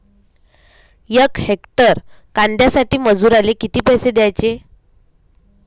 यक हेक्टर कांद्यासाठी मजूराले किती पैसे द्याचे?